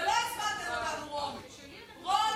ולא הזמנתם אותנו, רון.